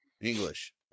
English